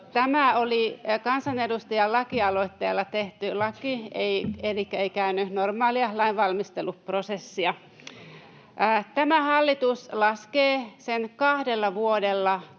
Tämä oli kansanedustajan lakialoitteella tehty laki elikkä ei käynyt normaalia lainvalmisteluprosessia. Tämä hallitus laskee sen kahdella vuodella